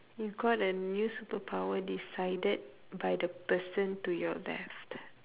you got a new superpower decided by the person to your left